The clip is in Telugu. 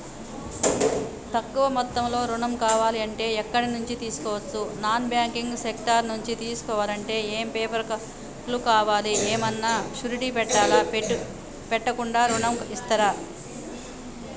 తక్కువ మొత్తంలో ఋణం కావాలి అంటే ఎక్కడి నుంచి తీసుకోవచ్చు? నాన్ బ్యాంకింగ్ సెక్టార్ నుంచి తీసుకోవాలంటే ఏమి పేపర్ లు కావాలి? ఏమన్నా షూరిటీ పెట్టాలా? పెట్టకుండా ఋణం ఇస్తరా?